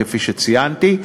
כפי שציינתי.